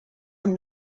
amb